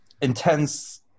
intense